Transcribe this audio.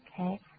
Okay